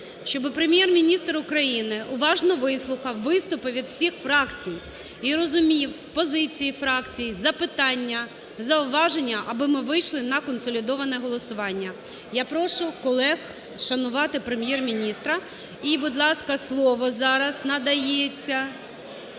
щоб Прем’єр-міністр України уважно вислухав виступи від усіх фракцій і розумів позиції фракцій, запитання, зауваження, аби ми вийшли на консолідоване голосування. Я прошу колег шанувати Прем’єр-міністра. І будь ласка, слово зараз надається